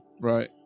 Right